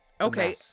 Okay